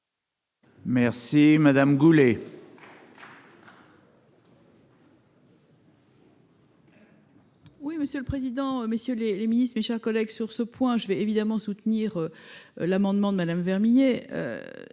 Merci. Madame Goulet.